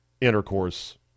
intercourse